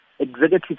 executive